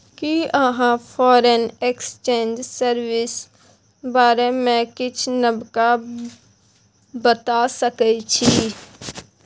कि अहाँ foreign exchange service बारे मे किछ नबका बता सकै छी